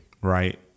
right